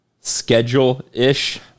schedule-ish